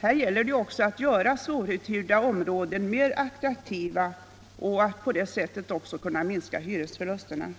Här gäller det också att göra områden med svåruthyrda lägenheter mer attraktiva och att på det sättet också minska hyresförlusterna.